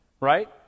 right